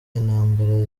intambara